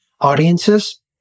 audiences